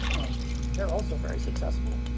and they're also very successful.